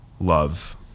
love